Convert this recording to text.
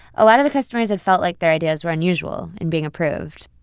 a lot of the customers had felt like their ideas were unusual in being approved.